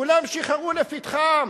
כולם שיחרו לפתחם,